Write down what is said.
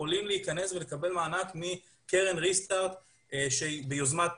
יכולים להיכנס ולקבל מענק מקרן ריסטרט שהיא ביוזמת